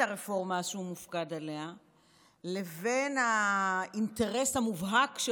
הרפורמה שהוא מופקד עליה לבין האינטרס המובהק של